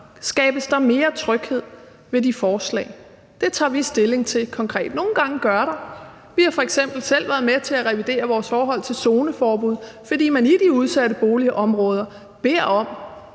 Skabes der mere tryghed med de forslag? Det tager vi stilling til konkret. Nogle gange gør der. Vi har f.eks. selv været med til at revidere vores forhold til zoneforbud, fordi man i de udsatte boligområder beder om,